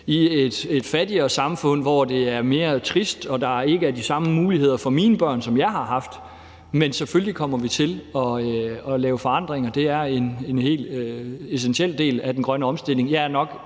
i et fattigere samfund, hvor det er mere trist og der ikke er de samme muligheder for mine børn, som jeg har haft. Men selvfølgelig kommer vi til at lave forandringer. Det er en helt essentiel del af den grønne omstilling.